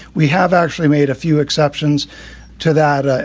we have actually made a few exceptions to that.